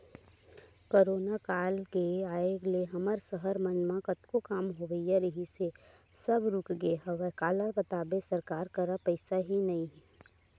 corona काल के आय ले हमर सहर मन म कतको काम होवइया रिहिस हे सब रुकगे हवय काला बताबे सरकार करा पइसा ही नइ ह